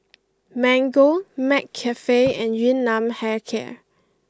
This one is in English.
Mango McCafe and Yun Nam Hair Care